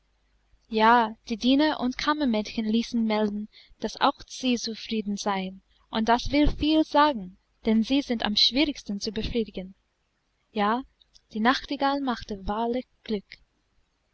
ja die diener und kammermädchen ließen melden daß auch sie zufrieden seien und das will viel sagen denn sie sind am schwierigsten zu befriedigen ja die nachtigall machte wahrlich glück